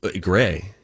gray